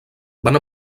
van